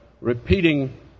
repeating